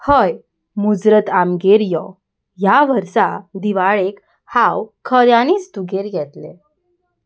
हय मुजरत आमगेर यो ह्या वर्सा दिवाळेक हांव खऱ्यानीच तुगेर येतलें